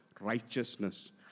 righteousness